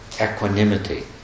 equanimity